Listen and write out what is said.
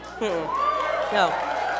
no